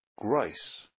Grace